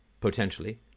potentially